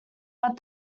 but